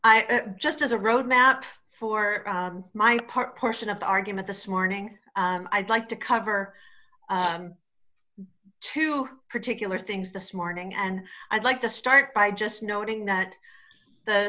a just as a roadmap for my part portion of the argument this morning i'd like to cover two particular things this morning and i'd like to start by just noting that the